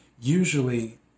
usually